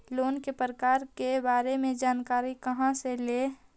Loan के प्रकार के बारे मे जानकारी कहा से ले?